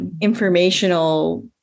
Informational